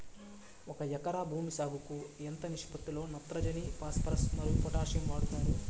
ఒక ఎకరా భూమి సాగుకు ఎంత నిష్పత్తి లో నత్రజని ఫాస్పరస్ మరియు పొటాషియం వాడుతారు